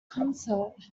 concert